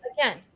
again